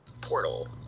Portal